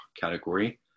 category